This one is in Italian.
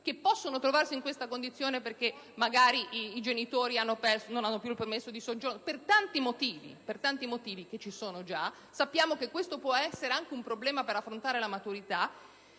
che possono trovarsi in questa condizione perché magari i genitori non hanno più il permesso di soggiorno o per tanti altri motivi e sappiamo che questo può essere anche un problema per affrontare la maturità.